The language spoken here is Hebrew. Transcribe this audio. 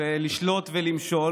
אל תטיף לי מוסר.